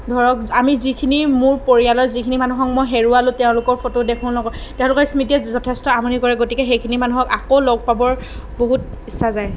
ধৰক আমি যিখিনি মোৰ পৰিয়ালৰ যিখিনি মানুহক মই হেৰুৱালোঁ তেওঁলোকৰ ফটো দেখোঁ লগত তেওঁলোকৰ স্মৃতিয়ে যথেষ্ট আমনি কৰে গতিকে সেইখিনি মানুহক আকৌ লগ পাবৰ বহুত ইচ্ছা যায়